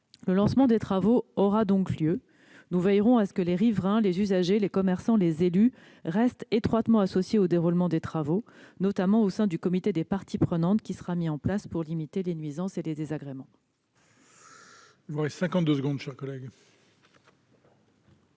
Le lancement des travaux aura donc lieu. Nous veillerons à ce que les riverains, les usagers, les commerçants et les élus restent étroitement associés au déroulement de ceux-ci, notamment au sein du comité des parties prenantes qui sera mis en place pour limiter les nuisances et les désagréments.